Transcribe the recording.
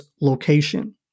location